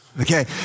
okay